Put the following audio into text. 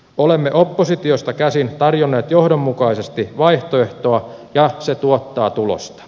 olemme oppositiosta käsin tarjonneet johdonmukaisesti vaihtoehtoa ja se tuottaa tulosta